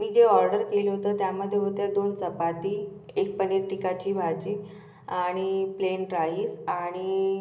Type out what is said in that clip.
मी जे ऑर्डर केलं होतं त्यामध्ये होत्या दोन चपाती एक पनीर टिकाची भाजी आणि प्लेन राईस आणि